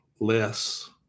less